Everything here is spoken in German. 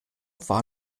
war